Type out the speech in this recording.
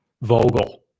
Vogel